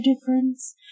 difference